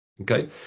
Okay